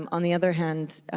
um on the other hand,